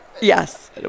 Yes